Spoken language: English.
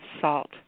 salt